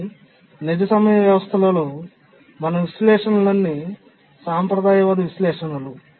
కానీ నిజ సమయ వ్యవస్థలలో మన విశ్లేషణలన్నీ సంప్రదాయవాద విశ్లేషణలు